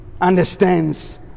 understands